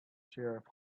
sheriff